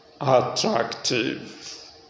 attractive